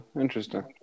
Interesting